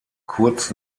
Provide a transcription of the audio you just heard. kurz